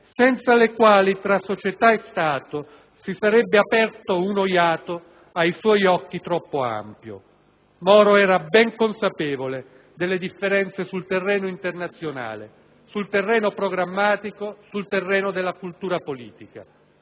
senza le quali tra società e Stato si sarebbe aperto uno iato ai suoi occhi troppo ampio. Moro era ben consapevole delle differenze sul terreno internazionale, su quello programmatico e della cultura politica: